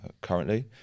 currently